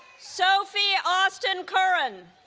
sophie austin currin